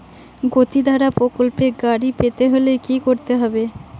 গতিধারা প্রকল্পে গাড়ি পেতে হলে কি করতে হবে?